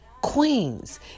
queens